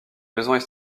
besoins